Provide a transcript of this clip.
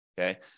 okay